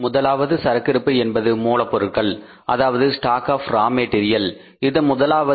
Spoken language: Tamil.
முதலாவது சரக்கிருப்பு என்பது மூலப்பொருட்கள் அதாவது ஸ்டாக் ஆப் ரா மெட்டீரியல் இது முதலாவது